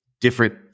different